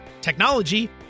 technology